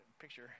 picture